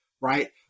right